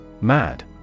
Mad